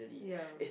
yeah